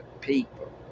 people